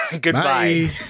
Goodbye